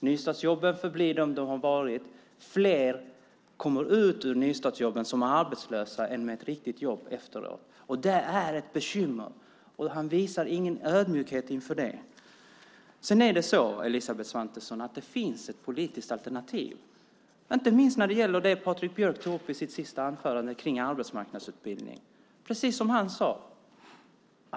Nystartsjobben förblir vad de varit. Fler kommer ut ur nystartsjobben som arbetslösa än med ett riktigt jobb efteråt. Det är ett bekymmer, och han visar ingen ödmjukhet inför detta. Sedan är det så, Elisabeth Svantesson, att det finns ett politiskt alternativ, inte minst när det gäller det som Patrik Björck tog upp sitt sista anförande, om arbetsmarknadsutbildning. Det är precis som han sade.